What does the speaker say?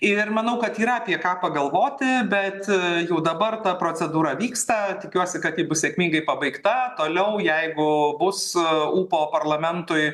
ir manau kad yra apie ką pagalvoti bet jau dabar ta procedūra vyksta tikiuosi kad ji bus sėkmingai pabaigta toliau jeigu bus ūpo parlamentui